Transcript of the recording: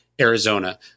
Arizona